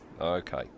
Okay